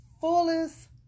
fullest